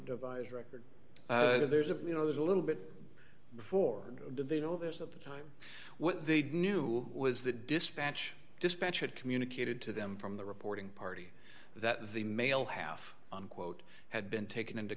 device record or there's a you know there's a little bit before they know there's of the time what they knew was the dispatch dispatch had communicated to them from the reporting party that the male half unquote had been taken into